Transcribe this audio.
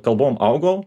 kalbom augau